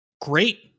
great